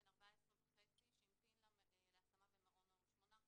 בן 14.5 שהמתין להשמה במעון שמונה חודשים,